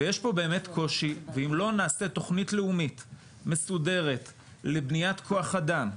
יש פה באמת קושי ואם לא נעשה תוכנית לאומית מסודרת לבניית כוח אדם,